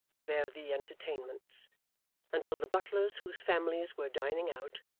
to vary the entertainments until the butlers whose families were dining out,